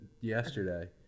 yesterday